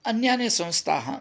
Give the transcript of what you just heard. अन्यान्य संस्थाः